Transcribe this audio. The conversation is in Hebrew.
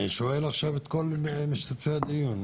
אני שואל עכשיו את כל משתתפי הדיון,